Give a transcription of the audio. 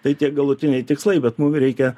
tai tie galutiniai tikslai bet mum reikia